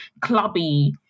clubby